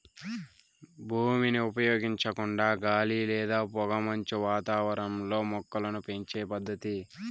భూమిని ఉపయోగించకుండా గాలి లేదా పొగమంచు వాతావరణంలో మొక్కలను పెంచే పద్దతి